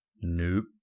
nope